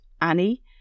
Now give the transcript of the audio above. Annie